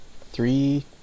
three